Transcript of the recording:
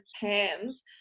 pans